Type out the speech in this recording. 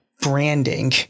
branding